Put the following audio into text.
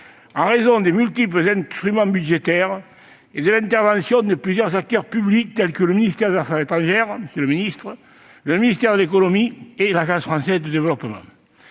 en raison des multiples instruments budgétaires qu'elle convoque et de l'intervention de plusieurs acteurs publics, tels que le ministère des affaires étrangères, le ministère de l'économie et l'Agence française de développement.